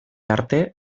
arte